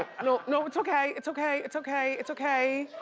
and no, no, it's okay, it's okay, it's okay, it's okay.